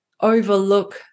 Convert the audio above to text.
overlook